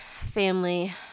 family